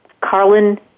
Carlin